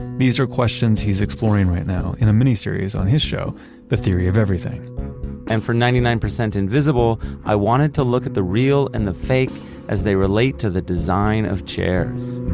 these are questions he's exploring right now, in a mini series on his show the theory of everything and for ninety nine percent invisible i wanted to look at the real and the fake as they relate to the design of chairs